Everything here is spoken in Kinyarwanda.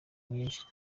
nyinshi